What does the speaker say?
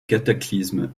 cataclysme